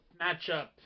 matchup